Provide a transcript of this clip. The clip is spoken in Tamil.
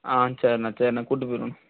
ஆ சரிண்ணா சரிண்ணா கூட்டிடுப் போயிடுவோம்